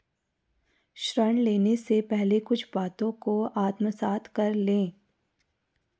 ऋण लेने से पहले कुछ बातों को आत्मसात कर लें